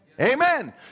Amen